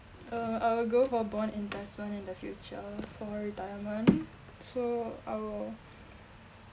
uh I'll go for bond investment in the future for retirement so I will